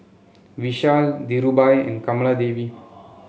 Vishal Dhirubhai and Kamaladevi